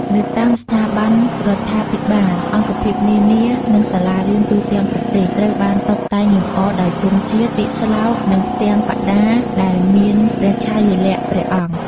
នៅតាមស្ថាប័នរដ្ឋាភិបាល អង្គភាពនានា និងសាលារៀនទូទាំងប្រទេស ត្រូវបានតុបតែងលម្អដោយទង់ជាតិ ពាក្យស្លោក និងផ្ទាំងបដាដែលមានព្រះឆាយាល័ក្ខណ៍ព្រះអង្គ។